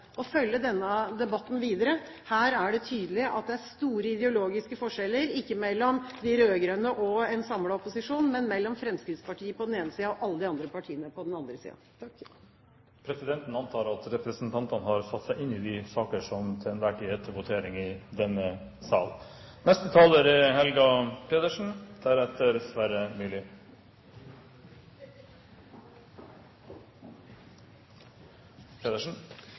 å følge denne debatten videre. Her er det tydelig at det er store ideologiske forskjeller, ikke mellom de rød-grønne og en samlet opposisjon, men mellom Fremskrittspartiet på den ene siden og alle de andre partiene på den andre siden. Presidenten antar at representantene har satt seg inn i de saker som til enhver tid er til votering i denne sal.